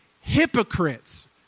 hypocrites